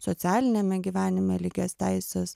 socialiniame gyvenime lygias teises